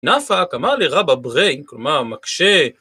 נפאק אמר לרב הבריין כלומר המקשה